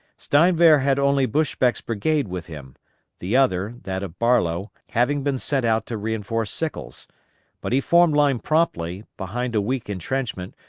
steinwehr had only buschbeck's brigade with him the other that of barlow having been sent out to reinforce sickles but he formed line promptly, behind a weak intrenchment,